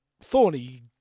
thorny